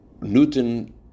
Newton